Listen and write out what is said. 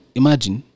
imagine